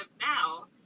now